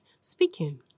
speaking